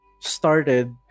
started